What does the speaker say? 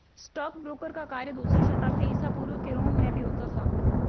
stockbroker का कार्य दूसरी शताब्दी ईसा पूर्व के रोम में भी होता था